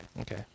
Okay